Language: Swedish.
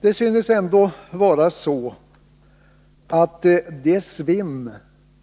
Det synes ändå vara så att det svinn